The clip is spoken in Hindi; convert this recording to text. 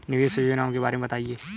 निवेश योजनाओं के बारे में बताएँ?